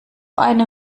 eine